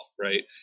right